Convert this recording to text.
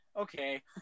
Okay